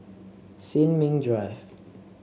Sin Ming Drive